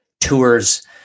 tours